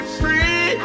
free